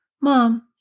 Mom